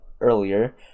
earlier